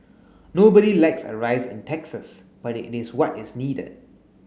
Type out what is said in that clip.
nobody likes a rise in taxes but it is what is needed